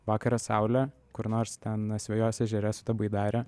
vakarą saulę kur nors ten asvejos ežere su ta baidare